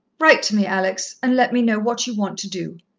write to me, alex, and let me know what you want to do.